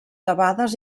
debades